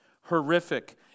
horrific